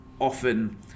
often